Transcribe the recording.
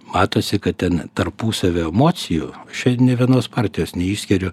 matosi kad ten tarpusavio emocijų čia nė vienos partijos neišskiriu